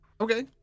Okay